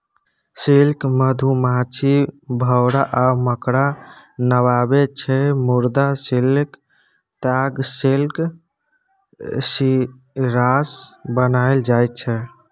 silk मधुमाछी, भौरा आ मकड़ा बनाबै छै मुदा सिल्कक ताग सिल्क कीरासँ बनाएल जाइ छै